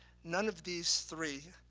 none of these three,